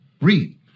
Read